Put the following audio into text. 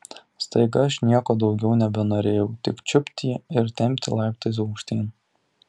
staiga aš nieko daugiau nebenorėjau tik čiupt jį ir tempti laiptais aukštyn